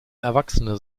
erwachsene